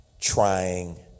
trying